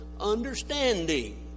understanding